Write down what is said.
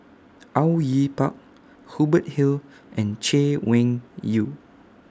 Au Yue Pak Hubert Hill and Chay Weng Yew